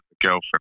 girlfriend